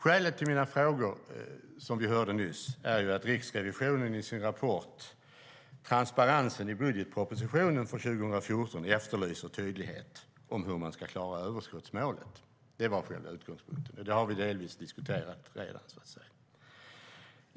Skälet till mina frågor är att Riksrevisionen, som vi hörde nyss, i sin rapport Transparensen i budgetpropositionen för 2014 efterlyser tydlighet om hur man ska klara överskottsmålet. Det var själva utgångspunkten, och det har vi delvis diskuterat redan.